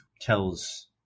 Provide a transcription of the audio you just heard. tells